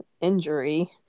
injury